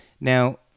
Now